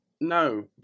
No